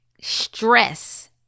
stress